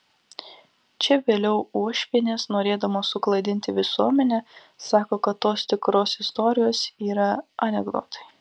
čia vėliau uošvienės norėdamos suklaidinti visuomenę sako kad tos tikros istorijos yra anekdotai